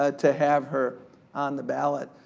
ah to have her on the ballot.